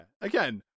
again